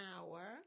hour